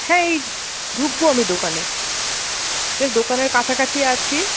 হ্যাঁ এই ঢুকব আমি দোকানে এই দোকানের কাছাকাছি আছি